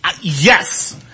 yes